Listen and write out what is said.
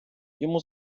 йому